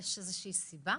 יש סיבה?